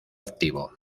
activo